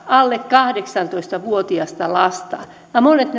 alle kahdeksantoista vuotiasta lasta ja monet